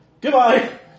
Goodbye